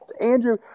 Andrew